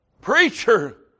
Preacher